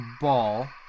ball